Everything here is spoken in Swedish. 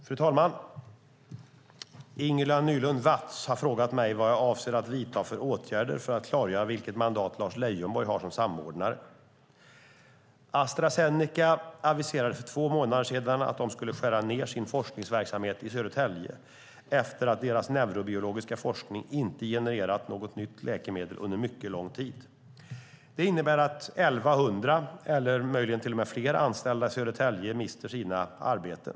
Fru talman! Ingela Nylund Watz har frågat mig vad jag avser att vidta för åtgärder för att klargöra vilket mandat Lars Leijonborg har som samordnare. Astra Zeneca aviserade för två månader sedan att de skulle skära ned sin forskningsverksamhet i Södertälje efter att deras neurobiologiska forskning inte genererat något nytt läkemedel under mycket lång tid. Detta innebär att 1 100 eller möjligen till och med fler anställda i Södertälje mister sina arbeten.